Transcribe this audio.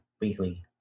weekly